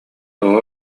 тоҕо